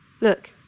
Look